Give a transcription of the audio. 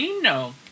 No